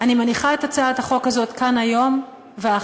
אני מניחה את הצעת החוק הזאת כאן היום ואחכה,